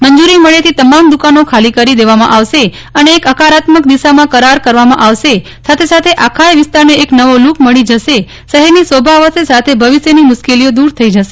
મંજૂરી મબ્યેથી તમામ દુકાનો ખાલી કરી દેવામાં આવશે અને એક હકારાત્મક દિશામાં કરાર કરવામાં આવશે સાથે સાથે આખાય વિસ્તારને એક નવો લૂક મળી જશે શહેરની શોભા વધશે સાથે ભવિષ્યની મુશ્કેલીઓ દૂર થઇ જશે